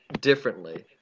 differently